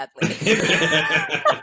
badly